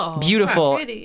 beautiful